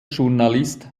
journalist